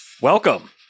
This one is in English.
Welcome